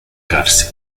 cárcel